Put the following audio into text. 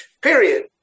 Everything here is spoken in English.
Period